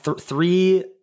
three